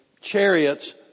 chariots